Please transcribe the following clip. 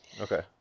Okay